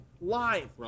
live